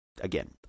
again